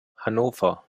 hannover